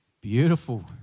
beautiful